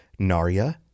Narya